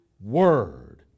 Word